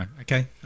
Okay